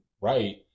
right